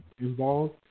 involved